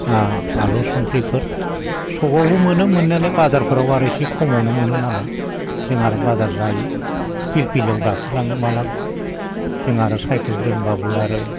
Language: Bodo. ओ आलौ संख्रिफोर सखआवबो मोनो मोननायलाया बाजारफोराव आरो एसे खमावनो मोनोनालाय जों आरो बाजार जायो फिरफिलियाव गाखो लाङो माब्लाबा जों आरो साइखेल रोंब्लाबो आरो